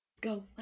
go